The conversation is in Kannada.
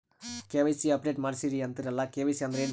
ಕೆ.ವೈ.ಸಿ ಅಪಡೇಟ ಮಾಡಸ್ರೀ ಅಂತರಲ್ಲ ಕೆ.ವೈ.ಸಿ ಅಂದ್ರ ಏನ್ರೀ?